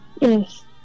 yes